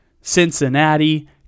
Cincinnati